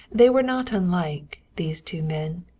they were not unlike, these two men,